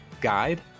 guide